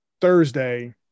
thursday